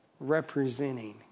representing